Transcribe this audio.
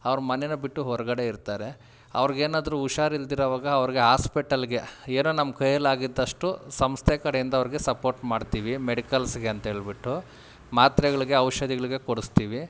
ಅವ್ರು ಮನೆ ಬಿಟ್ಟು ಹೊರಗಡೆ ಇರ್ತಾರೆ ಅವ್ರಿಗೆ ಏನಾದರೂ ಹುಷಾರ್ ಇಲ್ದಿರೋವಾಗ ಅವ್ರಿಗೆ ಹಾಸ್ಪೆಟಲಿಗೆ ಏನೋ ನಮ್ಮ ಕೈಯಲ್ಲಿ ಆಗಿದ್ದಷ್ಟು ಸಂಸ್ಥೆ ಕಡೆಯಿಂದ ಅವ್ರಿಗೆ ಸಪೋರ್ಟ್ ಮಾಡ್ತೀವಿ ಮೆಡಿಕಲ್ಸಿಗೆ ಅಂತ ಹೇಳ್ಬಿಟ್ಟು ಮಾತ್ರೆಗಳಿಗೆ ಔಷಧಿಗಳ್ಗೆ ಕೊಡಿಸ್ತೀವಿ